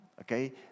okay